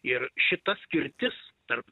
ir šita skirtis tarp